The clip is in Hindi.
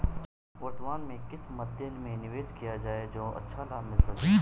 वर्तमान में किस मध्य में निवेश किया जाए जो अच्छा लाभ मिल सके?